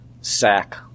Sack